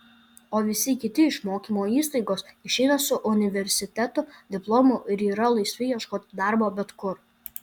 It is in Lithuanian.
o visi kiti iš mokymo įstaigos išeina su universiteto diplomu ir yra laisvi ieškoti darbo bet kur